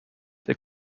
they